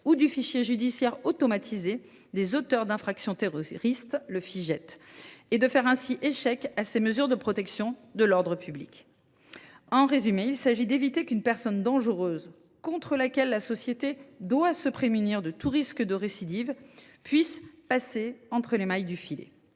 ou au fichier judiciaire automatisé des auteurs d’infractions terroristes, le Fijait, ce qui ferait échec à ces mesures de protection de l’ordre public. En résumé, il s’agit d’éviter qu’une personne dangereuse, contre laquelle la société doit se prémunir de tout risque de récidive, puisse passer entre les mailles du filet.